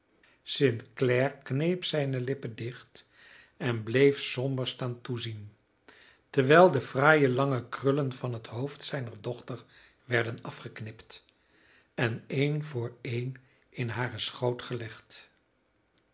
st clare kneep zijne lippen dicht en bleef somber staan toezien terwijl de fraaie lange krullen van het hoofd zijner dochter werden afgeknipt en een voor een in haren schoot gelegd